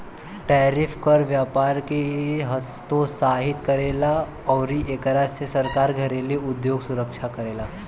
tariff कर व्यपार के हतोत्साहित करेला अउरी एकरा से सरकार घरेलु उधोग सुरक्षा करेला